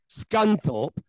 Scunthorpe